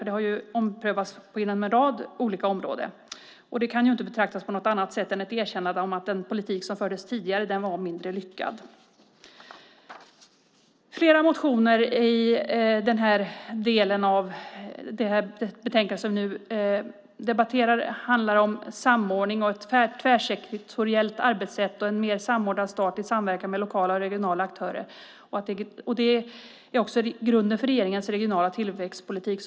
Det har omprövats inom en rad områden, vilket inte kan betraktas på något annat sätt än som ett erkännande av att den politik som fördes tidigare var mindre lyckad. Flera motioner i det betänkande som vi nu debatterar handlar om samordning. Ett tvärsektoriellt arbetssätt och en mer samordnad stat i samverkan med lokala och regionala aktörer är grunden för regeringens regionala tillväxtpolitik.